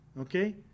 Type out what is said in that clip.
okay